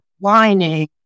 lining